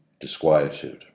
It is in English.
disquietude